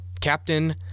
Captain